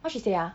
what she say ah